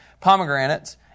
pomegranates